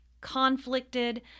conflicted